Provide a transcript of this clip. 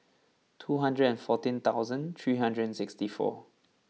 two hundred and fourteen thousand three hundred and sixty four